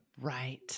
right